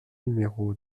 numéro